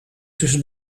tussen